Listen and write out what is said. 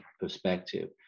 perspective